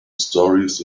stories